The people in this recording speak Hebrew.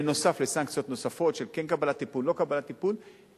נוסף על סנקציות של כן קבלת טיפול או לא קבלת טיפול,